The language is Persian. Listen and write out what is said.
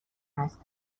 است